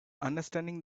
understanding